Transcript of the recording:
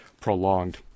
prolonged